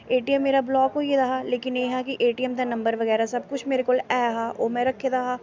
ए T M मेरा block होई गेदा हा लेकिन एह् हा कि ए टी एम दा नम्बर बगैरा सब कुछ मेरे कोल ऐ हा ओह् में रक्खे दा हा